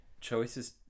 choices